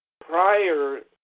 prior